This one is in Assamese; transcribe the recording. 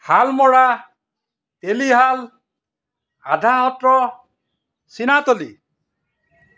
হালমৰা এলিহাল আধাসত্ৰ চীনাতলি